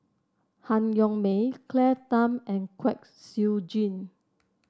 Han Yong May Claire Tham and Kwek Siew Jin